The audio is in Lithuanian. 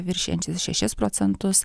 viršijančias šešis procentus